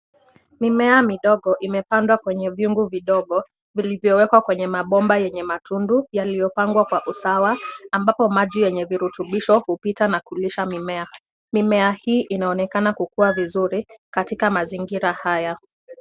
Mimea mdogo, imepandwa kwenye vyungu vidogo, vilivyowekwa kwenye mabomba yenye matundu, yaliyopangwa kwa usawa, ambapo maji yenye virutubisho, hupita na kurusha mimea, nyuma ya hii, inaonekana kukuwa vizuri, katika mazingira haya.